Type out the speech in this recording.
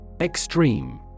Extreme